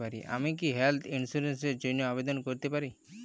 আমি কি health insurance র জন্য আবেদন করতে পারি?